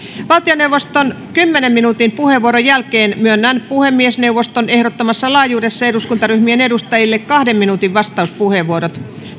valtioneuvoston kymmenen minuutin puheenvuoron jälkeen myönnän puhemiesneuvoston ehdottamassa laajuudessa eduskuntaryhmien edustajille kahden minuutin vastauspuheenvuorot